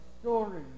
story